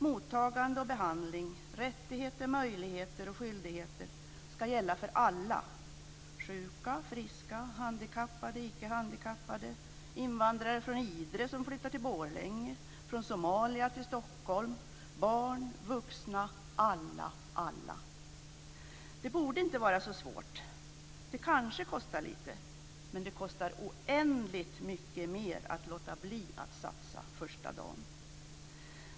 Mottagande och behandling, rättigheter, möjligheter och skyldigheter ska gälla för alla: sjuka, friska, handikappade, ickehandikappade, invandrare från Idre som flyttar till Borlänge eller från Somalia till Stockholm, barn, vuxna - alla, alla. Det borde inte vara så svårt. Det kanske kostar lite. Men det kostar oändligt mycket mer att låta bli att satsa från första dagen.